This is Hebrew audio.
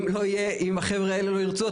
אם החבר'ה האלה לא ירצו,